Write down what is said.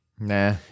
Nah